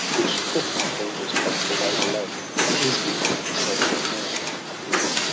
which took, on balder's track, the way below and instantly the sacred morn appear'd.